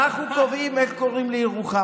אנחנו קובעים איך קוראים לירוחם,